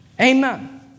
Amen